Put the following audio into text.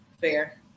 fair